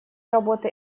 работы